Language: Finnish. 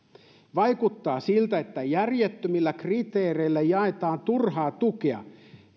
vaikuttaa siltä että järjettömillä kriteereillä jaetaan turhaa tukea